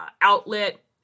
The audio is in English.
outlet